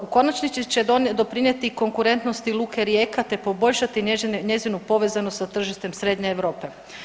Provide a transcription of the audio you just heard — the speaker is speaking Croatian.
U konačnici će doprinijeti i konkurentnosti Luke Rijeka te poboljšati njezinu povezanost sa tržištem Srednje Europe.